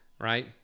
Right